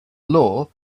law